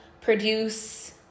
produce